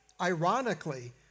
ironically